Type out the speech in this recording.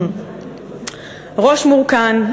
ראש מורכן,